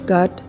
God